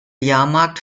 jahrmarkt